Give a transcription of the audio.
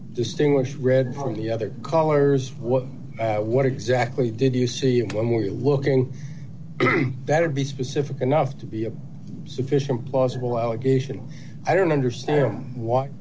distinguish read from the other callers what exactly did you see when we're looking better be specific enough to be a sufficient plausible allegation i don't understand what